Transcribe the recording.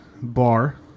bar